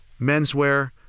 Menswear